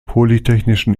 polytechnischen